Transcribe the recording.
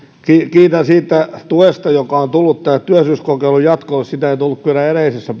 kiitän siitä tuesta joka on tullut tähän työllisyyskokeilun jatkoon sitä ei tullut kyllä edellisessä